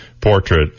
portrait